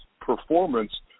performance